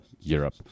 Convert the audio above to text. Europe